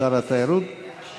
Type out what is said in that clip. שר התיירות,